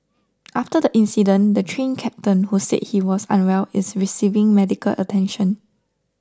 after the incident the Train Captain who said he was unwell is receiving medical attention